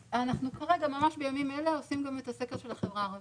ממש בימים אלה אנחנו עושים גם את הסקר בקרב האוכלוסייה הערבית.